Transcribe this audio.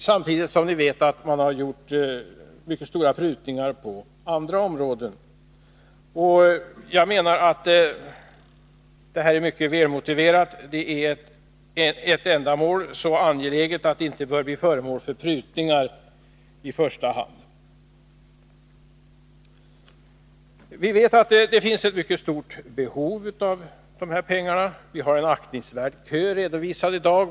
Samtidigt vet vi att man har gjort mycket stora prutningar på andra områden, och jag menar därför att denna höjning är mycket välmotiverad. Ändamålet är så angeläget att detta bidrag inte i första hand bör bli föremål för prutningar. Vi vet att det finns ett mycket stort behov av de här pengarna. Det finns i dag en aktningsvärd kö av sökande av detta bidrag.